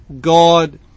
God